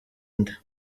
inda